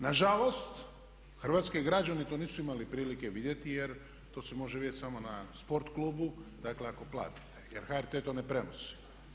Nažalost, hrvatski građani to nisu imali prilike vidjeti jer to se može vidjeti samo na sport klubu dakle ako platite jer HRT to ne prenosi.